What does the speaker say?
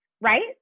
right